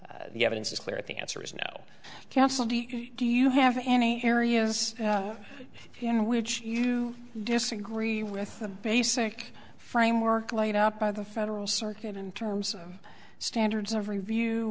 the evidence is clear if the answer is no counsel do you have any areas in which you disagree with the basic framework laid out by the federal circuit in terms of standards of review